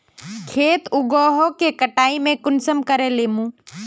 खेत उगोहो के कटाई में कुंसम करे लेमु?